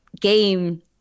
game